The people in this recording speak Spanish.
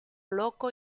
loco